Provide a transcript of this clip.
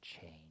change